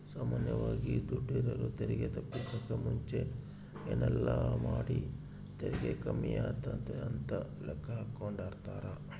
ಸಾಮಾನ್ಯವಾಗಿ ದುಡೆರು ತೆರಿಗೆ ತಪ್ಪಿಸಕ ಮುಂಚೆಗೆ ಏನೆಲ್ಲಾಮಾಡಿದ್ರ ತೆರಿಗೆ ಕಮ್ಮಿಯಾತತೆ ಅಂತ ಲೆಕ್ಕಾಹಾಕೆಂಡಿರ್ತಾರ